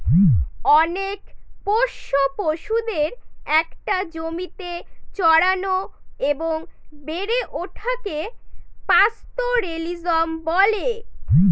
অনেক পোষ্য পশুদের একটা জমিতে চড়ানো এবং বেড়ে ওঠাকে পাস্তোরেলিজম বলে